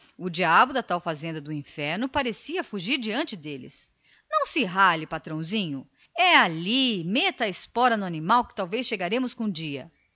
o diabo da tal fazenda do inferno parecia fugir diante deles não se rale patrãozinho é ali quase disse compassadamente o guia espichando o beiço inferior meta a espora no animal que talvez chegaremos com dia